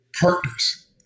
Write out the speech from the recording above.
partners